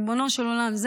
ריבונו של עולם,